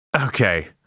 Okay